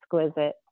exquisite